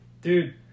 Dude